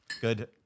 Good